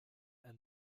and